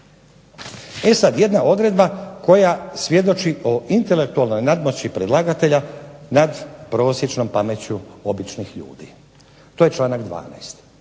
E sada jedna odredba koja svjedoči o intelektualnoj nadmoći predlagatelja nad prosječnom pameću običnih ljudi, to je članak 12.